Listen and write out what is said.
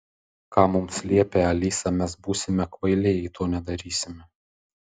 ką mums liepia alisa mes būsime kvailiai jei to nedarysime